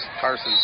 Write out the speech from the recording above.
Carson